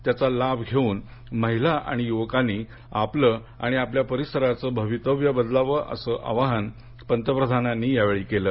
त्याचा लाभ घेऊन महिला आणि युवकांनी आपलं आणि आपल्या परिसराचं भवितव्य बदलावं असं आवाहन पंतप्रधानांनी यावेळी केलं